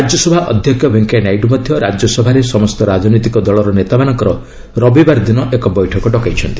ରାଜ୍ୟସଭା ଅଧ୍ୟକ୍ଷ ଭେଙ୍କୟା ନାଇଡୁ ମଧ୍ୟ ରାଜ୍ୟସଭାରେ ସମସ୍ତ ରାଜନୈତିକ ଦଳର ନେତାମାନଙ୍କର ରବିବାର ଦିନ ଏକ ବୈଠକ ଡକାଇଛନ୍ତି